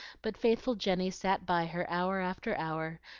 but faithful jenny sat by her hour after hour,